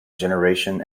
generation